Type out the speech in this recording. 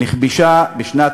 נכבשה בשנת